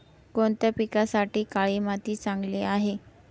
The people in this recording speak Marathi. कोणत्या पिकासाठी काळी माती चांगली आहे?